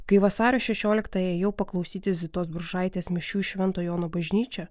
kai vasario šešioliktąją ėjau paklausyti zitos bružaitės mišių į švento jono bažnyčią